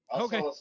Okay